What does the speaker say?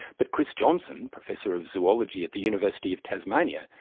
but chris johnson, professor of zoology at the university of tasmania,